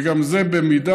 וגם זה במידה,